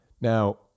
Now